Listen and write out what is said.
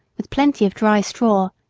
with plenty of dry straw,